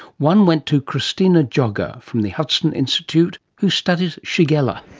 one went to christina giogha from the hudson institute who studies shigella.